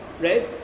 right